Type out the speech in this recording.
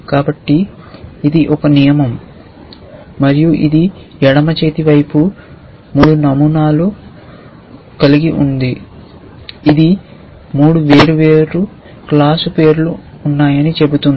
కాబట్టి ఇది ఒక నియమం మరియు ఇది ఎడమ చేతి వైపు 3 నమూనాలను కలిగి ఉంది ఇది 3 వేర్వేరు క్లాస్ పేర్లు ఉన్నాయని చెబుతుంది